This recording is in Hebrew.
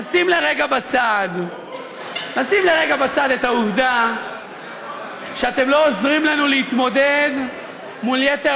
נשים לרגע בצד את העובדה שאתם לא עוזרים לנו להתמודד מול יתר